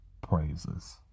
Praises